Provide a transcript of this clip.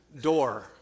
door